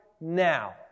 now